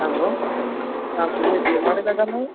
hello तव्हां सुमित देवाणी था ॻाल्हायो